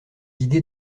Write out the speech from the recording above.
idées